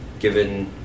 given